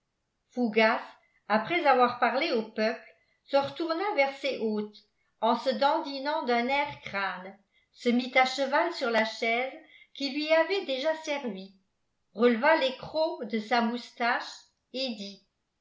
fougas après avoir parlé au peuple se retourna vers ses hôtes en se dandinant d'un air crâne se mit à cheval sur la chaise qui lui avait déjà servi releva les crocs de sa moustache et dit